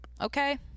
Okay